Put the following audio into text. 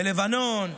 בלבנון,